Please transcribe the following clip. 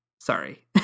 Sorry